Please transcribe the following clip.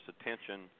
attention